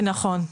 נכון,